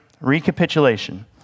Recapitulation